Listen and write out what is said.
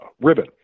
ribbon